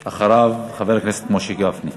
ואחריו, חבר הכנסת משה גפני.